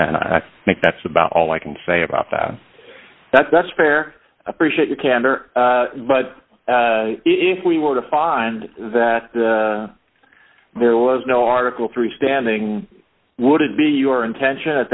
and i think that's about all i can say about that that's that's fair appreciate your candor but if we were to find that there was no article three standing would it be your intention at